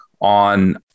on